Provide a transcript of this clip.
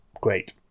great